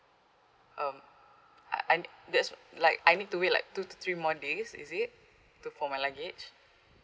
um uh need that's like I need to wait like two to three more days is it to for my luggage